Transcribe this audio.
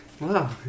Wow